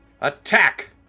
Attack